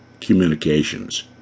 communications